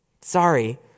Sorry